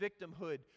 victimhood